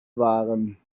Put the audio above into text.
waren